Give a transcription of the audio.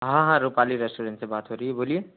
हाँ हाँ रूपाली रेस्टोरेंट से बात हो रही है बोलिए